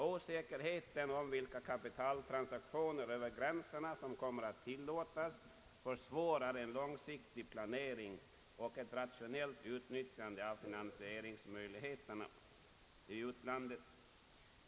Osäkerheten om vilka kapitaltransaktioner över gränserna som kommer att tillåtas försvårar en långsiktig planering och ett rationellt utnyttjande av finansieringsmöjligheterna i utlandet.